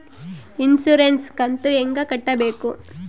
Insurance ಕಂತು ಹೆಂಗ ಕಟ್ಟಬೇಕು?